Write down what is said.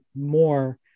more